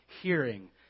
hearing